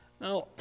Now